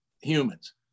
humans